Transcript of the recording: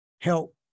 help